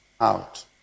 out